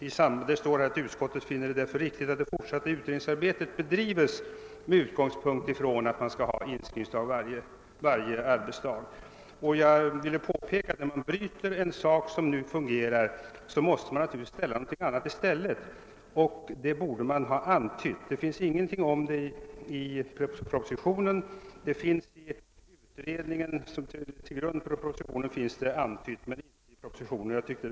Det sägs också där att utskottet »finner det riktigt att det fortsatta utredningsarbetet bedrives med utgångspunkt från att man skall ha inskrivningsdag varje arbetsdag«. Om man river upp den arbetsordning som nu fungerar måste man ju sätta något annat i stället. I den utredning som ligger till grund för propositionen finns en antydan om att så måste ske, men i propositionen sägs ingenting om saken. Jag ansåg att detta var en brist och därför ville jag avge ett särskilt yttrande.